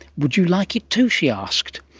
would you like it too, she asked?